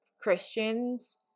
Christians